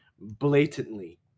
blatantly